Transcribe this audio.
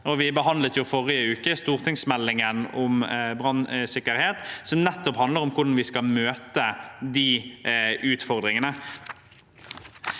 uke behandlet vi stortingsmeldingen om brannsikkerhet, som nettopp handler om hvordan vi skal møte de utfordringene.